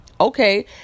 Okay